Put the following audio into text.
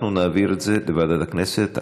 אנחנו נעביר את זה לוועדת הכנסת.